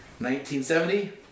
1970